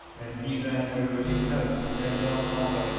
and he drank everybody's health at one offer.